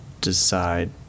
decide